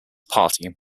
party